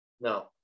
no